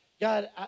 God